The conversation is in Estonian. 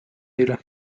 eile